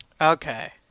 Okay